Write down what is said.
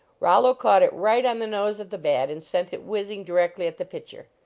rollo caught it right on the nose of the bat and sent it whizzing directly at the pitcher.